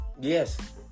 Yes